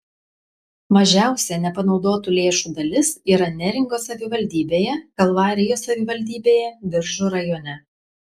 mažiausia nepanaudotų lėšų dalis yra neringos savivaldybėje kalvarijos savivaldybėje biržų rajone